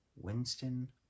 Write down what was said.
Winston